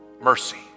mercy